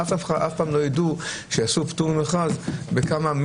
אף פעם לא ידעו שעשו פטור ממכרז בכמה,